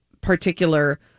particular